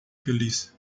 feliz